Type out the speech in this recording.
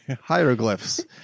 hieroglyphs